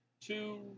two